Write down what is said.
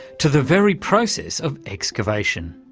to the very process of excavation.